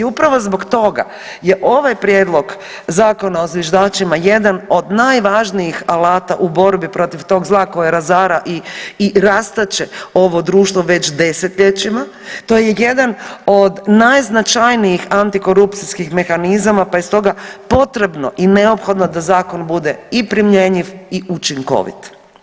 I upravo zbog toga je ovaj prijedlog zakona o zviždačima jedan od najvažnijih alata u borbi protiv tog zla koje razara i rastače ovo društvo već desetljećima, to je jedan od najznačajnijih antikorupcijskih mehanizama pa je stoga potrebno i neophodno da zakon bude i primjenjiv i učinkovit.